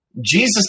Jesus